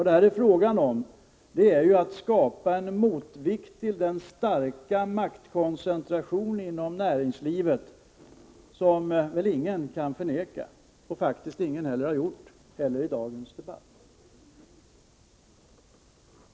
Det är här fråga om att skapa en motvikt till den starka maktkoncentration inom näringslivet som väl ingen kan förneka i dag existerar — faktiskt har ingen gjort det heller i dagens debatt.